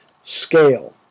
scale